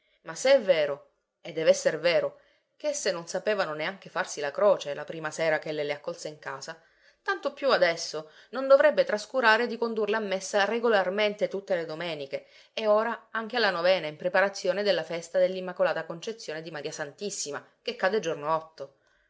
ma se è vero e dev'esser vero ch'esse non sapevano neanche farsi la croce la prima sera ch'ella le accolse in casa tanto più adesso non dovrebbe trascurare di condurle a messa regolarmente tutte le domeniche e ora anche alla novena in preparazione della festa dell'immacolata concezione di maria santissima che cade il giorno otto